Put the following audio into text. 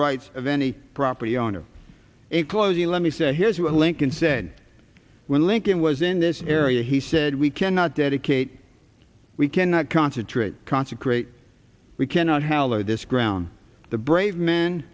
rights of any property owner in closing let me say here's what lincoln said when lincoln was in this area he said we cannot dedicate we cannot concentrate consecrate we cannot hallow this ground the brave m